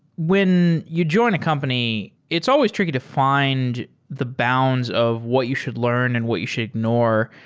when you join a company, it's always tricky to fi nd the bounds of what you should learn and what you should ignore.